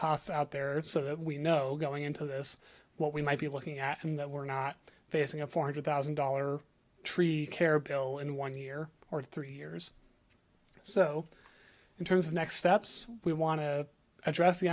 costs out there so that we know going into this what we might be looking at and that we're not facing a four hundred thousand dollar tree care bill in one year or three years so in terms of next steps we want to address the